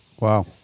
Wow